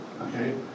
okay